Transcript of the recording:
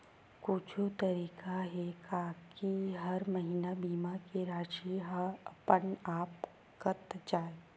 कुछु तरीका हे का कि हर महीना बीमा के राशि हा अपन आप कत जाय?